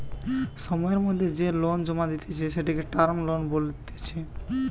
সময়ের মধ্যে যে লোন জমা দিতেছে, সেটিকে টার্ম লোন বলতিছে